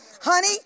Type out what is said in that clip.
Honey